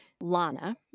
Lana